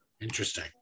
interesting